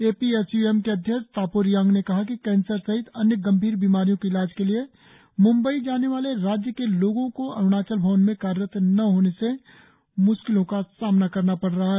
ए P S U M के अध्यक्ष तापो रियांग ने कहा कि कैंसर सहित अन्य गंभीर बीमारियों के इलाज के लिए मुंबई जाने वाले राज्य के लोगो को अरणाचल भवन के कार्यरत न होने से म्श्किलो का सामना करना पड़ रहा है